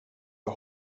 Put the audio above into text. jag